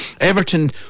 Everton